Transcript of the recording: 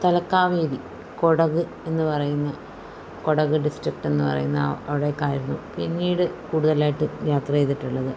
തലക്കാവേരി കൊടക് എന്നു പറയുന്ന കൊടക് ഡിസ്ട്രിക്റ്റ് എന്നു പറയുന്ന അവിടേക്കായിരുന്നു പിന്നീട് കൂടുതലായിട്ട് യാത്ര ചെയ്തിട്ടുള്ളത്